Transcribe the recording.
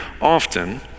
often